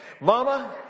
Mama